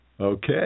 Okay